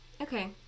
Okay